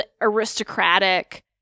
aristocratic